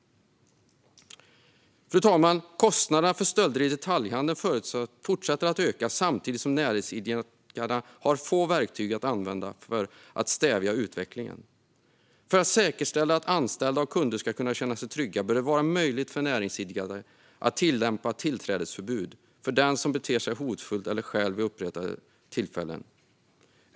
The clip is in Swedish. Fru talman! Kostnaderna för stölder i detaljhandeln fortsätter att öka samtidigt som näringsidkarna har få verktyg att använda för att stävja utvecklingen. För att säkerställa att anställda och kunder ska kunna känna sig trygga bör det vara möjligt för näringsidkare att tillämpa tillträdesförbud för den som beter sig hotfullt eller stjäl vid upprepade tillfällen.